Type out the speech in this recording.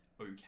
okay